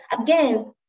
again